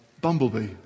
bumblebee